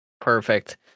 Perfect